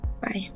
Bye